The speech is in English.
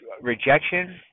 rejection